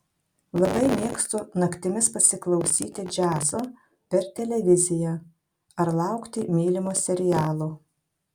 labai mėgstu naktimis pasiklausyti džiazo per televiziją ar laukti mylimo serialo